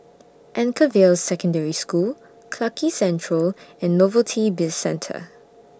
Anchorvale Secondary School Clarke Quay Central and Novelty Bizcentre